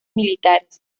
militares